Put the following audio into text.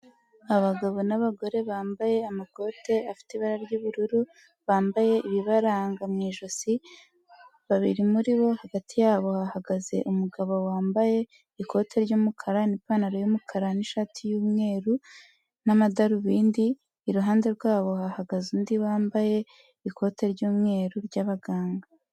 Abagabo n'abagore bambaye amakote afite ibara ry'ubururu, bambaye ibibaranga mu ijosi, babiri muri bo hagati yabo hahagaze umugabo wambaye ikoti ry'umukara n'ipantaro y'umukara, n'ishati y'umweru, n'amadarubindi, iruhande rwabo hahagaze undi wambaye ikote ry'umweru, ry'abaganga.